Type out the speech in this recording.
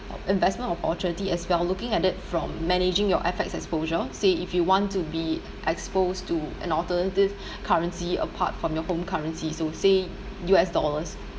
investment opportunity as well looking at it from managing your F_X exposure say if you want to be exposed to an alternative currency apart from your home currency so say U_S dollars